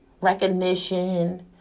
recognition